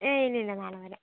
ഏയ് ഇല്ലില്ല നാളെ വരാം